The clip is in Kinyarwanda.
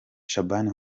shaban